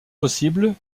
possible